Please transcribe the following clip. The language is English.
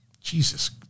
Jesus